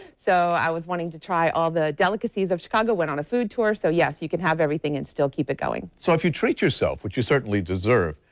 so i was wanting to try all the delicacies of chicago, went on a food tour, so you can have everything and still keep it going. so if you treat yourself which you certainly deserve,